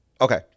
Okay